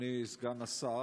אדוני סגן השר,